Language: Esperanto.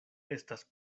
estas